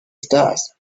stars